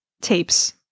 tapes